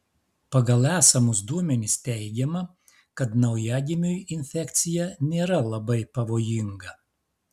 pagal esamus duomenis teigiama kad naujagimiui infekcija nėra labai pavojinga